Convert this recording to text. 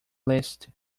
list